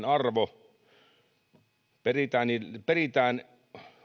arvo nollataan peritään